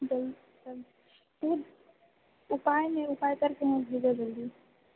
जल जल तू उपाय हि उपाय करके हमरा भेजऽ जल्दी